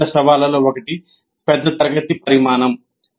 అతిపెద్ద సవాళ్లలో ఒకటి పెద్ద తరగతి పరిమాణం